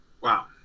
Wow